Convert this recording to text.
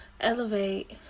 elevate